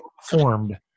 formed